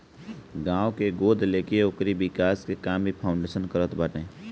गांव के गोद लेके ओकरी विकास के काम भी फाउंडेशन करत बाने